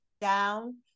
down